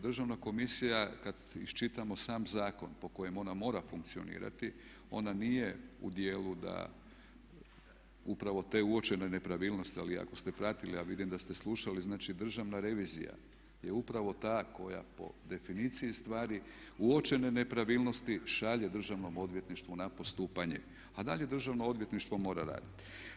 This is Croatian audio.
Državna komisija kada iščitamo sam zakon po kojem ona mora funkcionirati, ona nije u dijelu da upravo te uočene nepravilnosti, ali ako ste pratili, a vidim da ste slušali, znači Državna revizija je ta koja po definiciji stari uočene nepravilnosti šalje Državnom odvjetništvu na postupanje, a dalje Državno odvjetništvo mora raditi.